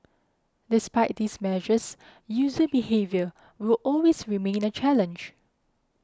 despite these measures user behaviour will always remain a challenge